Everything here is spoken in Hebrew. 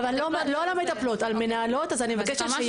לא על המטפלות, על מנהלות אז אני מבקשת.